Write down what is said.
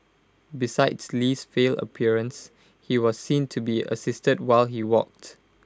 besides Li's frail appearance he was seen to be assisted while he walked